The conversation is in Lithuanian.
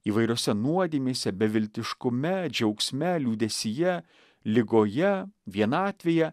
įvairiose nuodėmėse beviltiškume džiaugsme liūdesyje ligoje vienatvėje